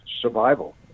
survival